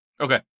Okay